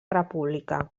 república